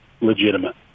legitimate